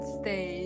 stay